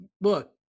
look